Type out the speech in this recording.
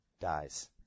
Dies